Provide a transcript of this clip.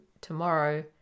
tomorrow